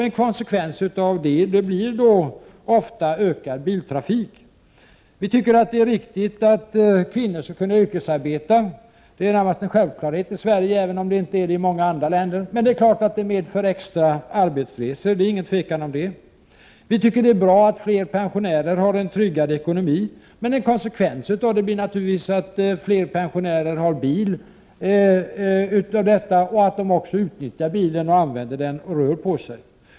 En konsekvens av detta blir då ofta ökad biltrafik. Vi tycker att det är riktigt att kvinnor skall kunna yrkesarbeta. Det är närmast en självklarhet i Sverige, även om det inte är det i många andra länder. Det råder inget tvivel om att denna strävan medför extra arbetsresor. Vi tycker att det är bra att fler pensionärer har en tryggad ekonomi. Men en konsekvens av det blir naturligtvis att fler pensionärer har bil och att de utnyttjar bilen och rör på sig.